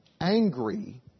angry